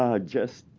ah just